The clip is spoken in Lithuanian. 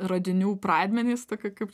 radinių pradmenys tokie kaip